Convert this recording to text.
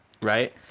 Right